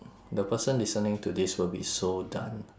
the person listening to this will be so done